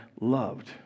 loved